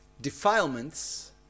defilements